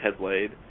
Headblade